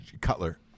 Cutler